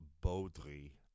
Baudry